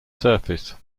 surface